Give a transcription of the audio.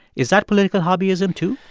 is that political hobbyism, too?